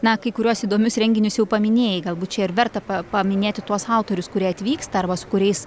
na kai kuriuos įdomius renginius jau paminėjai galbūt čia verta pa paminėti tuos autorius kurie atvyksta arba su kuriais